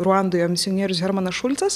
ruandoje misionierius hermanas šulcas